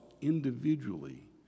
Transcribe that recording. individually